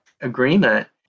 agreement